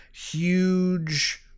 huge